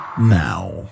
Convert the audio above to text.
now